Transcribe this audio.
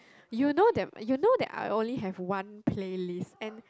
you know that you know that I only have one playlist and